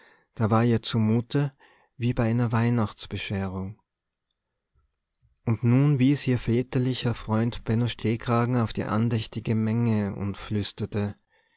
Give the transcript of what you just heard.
da war ihr zumute wie bei einer weihnachtsbescherung und nun wies ihr väterlicher freund benno stehkragen auf die andächtige menge und flüsterte